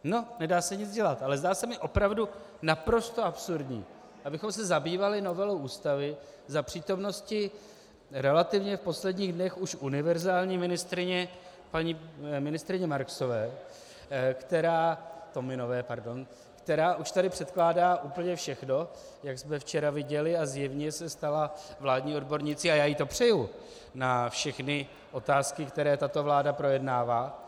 No nedá se nic dělat, ale zdá se mi opravdu naprosto absurdní, abychom se zabývali novelou Ústavy za přítomnosti relativně v posledních dnech už univerzální ministryně, paní ministryně Marksové, Tominové, pardon, která už tady předkládá úplně všechno, jak jsme včera viděli, a zjevně se stala vládní odbornicí a já jí to přeju na všechny otázky, které tato vláda projednává.